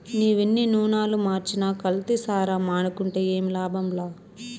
నీవెన్ని నూనలు మార్చినా కల్తీసారా మానుకుంటే ఏమి లాభంలా